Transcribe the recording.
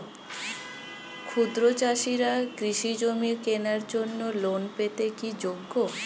ক্ষুদ্র চাষিরা কৃষিজমি কেনার জন্য লোন পেতে কি যোগ্য?